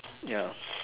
ya